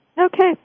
Okay